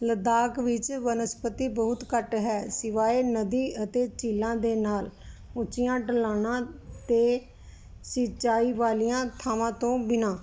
ਲੱਦਾਖ ਵਿੱਚ ਬਨਸਪਤੀ ਬਹੁਤ ਘੱਟ ਹੈ ਸਿਵਾਏ ਨਦੀ ਅਤੇ ਝੀਲਾਂ ਦੇ ਨਾਲ ਉੱਚੀਆਂ ਢਲਾਣਾਂ ਅਤੇ ਸਿੰਚਾਈ ਵਾਲੀਆਂ ਥਾਵਾਂ ਤੋਂ ਬਿਨਾਂ